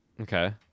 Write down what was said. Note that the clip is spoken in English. Okay